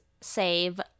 save